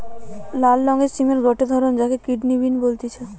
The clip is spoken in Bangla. লাল রঙের সিমের গটে ধরণ যাকে কিডনি বিন বলতিছে